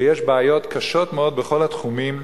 ויש בעיות קשות מאוד בכל התחומים,